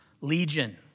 Legion